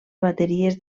bateries